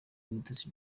mutesi